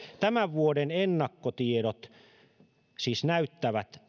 tämän vuoden ennakkotiedot näyttävät